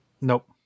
Nope